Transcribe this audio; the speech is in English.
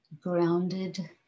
grounded